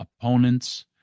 opponents